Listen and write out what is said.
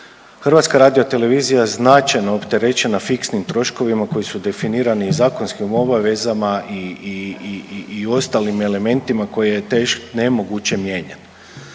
Hrvatska radiotelevizija značajno je opterećena fiksnim troškovima koji su definirani i zakonskim obavezama i ostalim elementima koje je nemoguće mijenjati